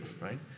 right